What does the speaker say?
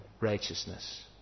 righteousness